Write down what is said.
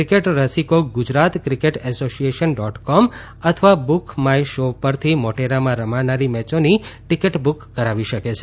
cricket રસિકો Gujarat cricket association dot com અથવા BookMyShow પરથી મોટેરામાં રમાનારી મેચોની ટિકીટ બુક કરી શકે છે